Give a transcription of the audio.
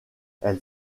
elle